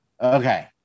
Okay